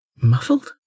Muffled